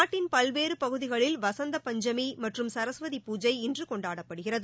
நாட்டின் பல்வேறு பகுதிகளில் வசந்த பஞ்சமி மற்றம் சரஸ்வதி பூஜை இன்று கொண்டாடப்படுகிறது